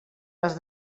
les